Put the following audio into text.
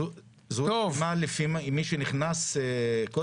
זו דוגמה לפי מי שנכנס קודם?